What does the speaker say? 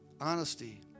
Honesty